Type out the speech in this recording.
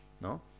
No